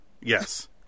Yes